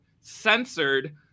censored